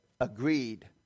agreed